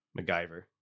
MacGyver